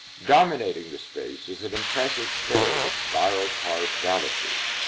dominating the space is an impressive stair with spiral carved balusters.